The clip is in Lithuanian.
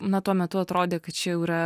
na tuo metu atrodė kad čia jau yra